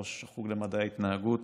ראש החוג למדעי ההתנהגות